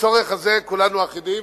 בצורך הזה כולנו אחידים,